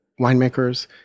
winemakers